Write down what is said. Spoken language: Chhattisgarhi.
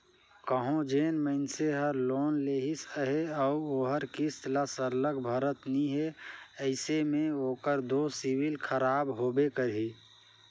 कहों जेन मइनसे हर लोन लेहिस अहे अउ ओहर किस्त ल सरलग भरत नी हे अइसे में ओकर दो सिविल खराब होबे करही